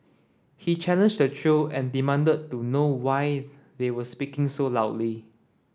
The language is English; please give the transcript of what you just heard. he challenged the trio and demanded to know why they were speaking so loudly